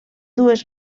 dues